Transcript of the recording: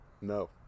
No